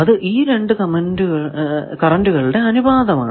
അത് ഈ രണ്ടു കറന്റുകളുടെ അനുപാതമാണ്